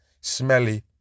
smelly